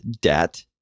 debt